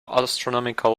astronomical